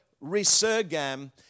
resurgam